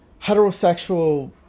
Heterosexual